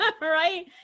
Right